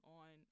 on